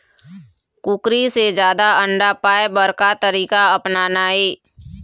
कुकरी से जादा अंडा पाय बर का तरीका अपनाना ये?